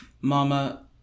Mama